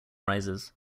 rises